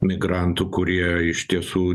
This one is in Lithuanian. migrantų kurie iš tiesų